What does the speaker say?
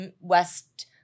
West